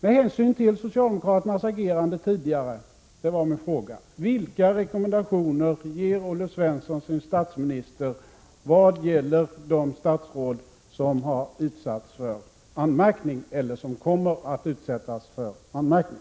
Med hänsyn till socialdemokraternas tidigare agerande var min fråga vilka rekommendationer Olle Svensson ger sin statsminister i vad gäller de statsråd som har utsatts för anmärkning eller som kommer att utsättas för anmärkning.